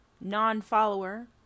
non-follower